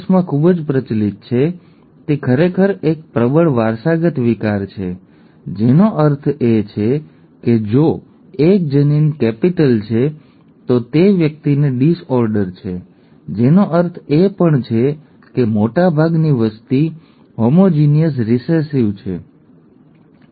માં ખૂબ પ્રચલિત છે તે ખરેખર એક પ્રબળ વારસાગત વિકાર છે જેનો અર્થ એ છે કે જો એક જનીન કેપિટલ છે તો તે વ્યક્તિને ડિસઓર્ડર છે જેનો અર્થ એ પણ છે કે મોટાભાગની વસ્તી હોમોઝીગસ રિસેસિવ છે ઠીક છે